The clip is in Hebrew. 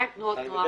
מה עם תנועות נוער?